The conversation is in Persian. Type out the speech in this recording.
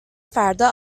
فردا